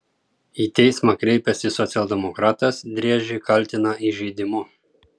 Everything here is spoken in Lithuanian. į teismą kreipęsis socialdemokratas driežį kaltina įžeidimu